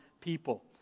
people